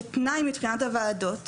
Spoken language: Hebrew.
כתנאי מבחינת הוועדות